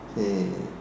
okay